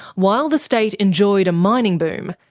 while the state enjoyed a mining boom,